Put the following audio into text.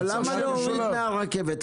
אבל למה להוריד מהרכבת?